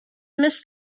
miss